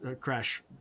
crash